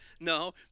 No